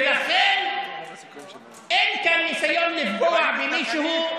ולכן אין כאן ניסיון לפגוע במישהו.